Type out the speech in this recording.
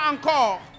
encore